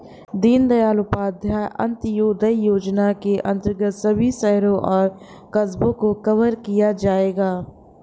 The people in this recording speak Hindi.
दीनदयाल उपाध्याय अंत्योदय योजना के अंतर्गत सभी शहरों और कस्बों को कवर किया जाएगा